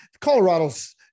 Colorado's